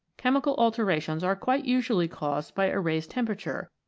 chemical alterations are quite usually caused by a raised temperature,